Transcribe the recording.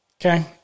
Okay